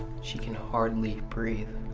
she can hardly breathe.